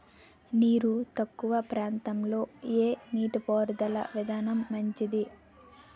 నీరు తక్కువ ప్రాంతంలో ఏ నీటిపారుదల విధానం మంచిది?